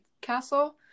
castle